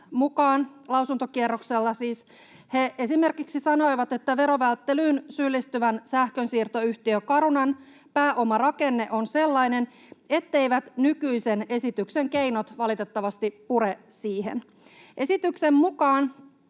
mukaan, siis lausuntokierroksella he esimerkiksi sanoivat, että verovälttelyyn syyllistyvän sähkönsiirtoyhtiön Carunan pääomarakenne on sellainen, etteivät nykyisen esityksen keinot valitettavasti pure siihen. Esityksen mukaan